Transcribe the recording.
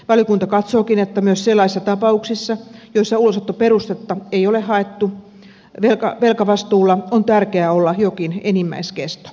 valiokunta katsookin että myös sellaisissa tapauksissa joissa ulosottoperustetta ei ole haettu velkavastuulla on tärkeää olla jokin enimmäiskesto